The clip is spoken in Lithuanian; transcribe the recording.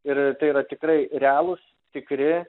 ir tai yra tikrai realūs tikri